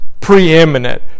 preeminent